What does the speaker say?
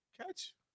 Catch